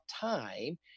time